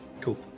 Cool